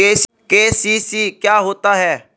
KCC क्या होता है?